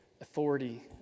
authority